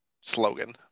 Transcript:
Slogan